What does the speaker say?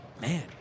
Man